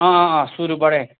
अँ अँ अँ सुरुबाटै